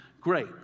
great